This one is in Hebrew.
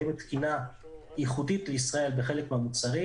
קיימת תקינה ייחודית לישראל בחלק מהמוצרים.